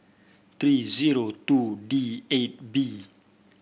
three zero two D eight B